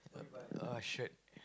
buy a shirt